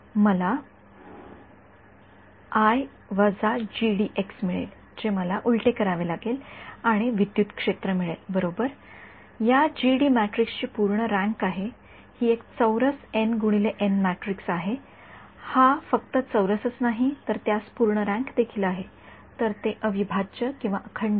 मला मिळेल जे मला उलटे करावे लागेल आणि विद्युत क्षेत्र मिळेल बरोबर आणि या मॅट्रिक्स ची पूर्ण रँक आहे ही एक चौरस एन x एन मॅट्रिक्स आहे हा फक्त चौरसच नाही तर त्यास पूर्ण रँक देखील आहे तर ते अविभाज्यअखंड आहे